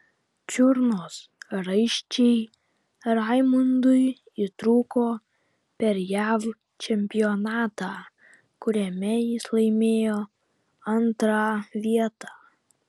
čiurnos raiščiai raimundui įtrūko per jav čempionatą kuriame jis laimėjo antrą vietą